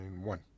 One